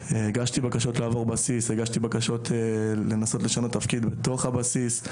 הגשתי בקשות לשנות בסיס, לשנות תפקיד בתוך הבסיס.